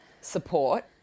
support